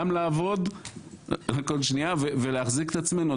גם לעבוד וגם להחזיק את עצמנו,